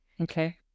Okay